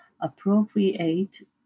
appropriate